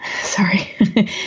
Sorry